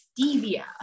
stevia